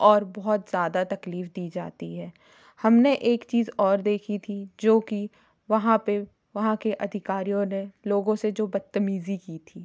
और बहुत ज़्यादा तकलीफ़ दी जाती है हमने एक चीज और देखी थी जो कि वहाँ पे वहाँ के अधिकारियों ने लोगों से जो बदतमीजी की थी